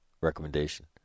recommendation